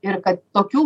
ir kad tokių